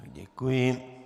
Děkuji.